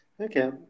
Okay